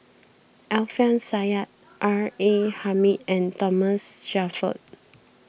Alfian Sa'At R A Hamid and Thomas Shelford